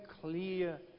clear